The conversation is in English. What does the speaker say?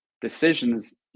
decisions